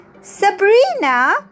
Sabrina